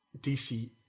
DC